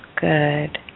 Good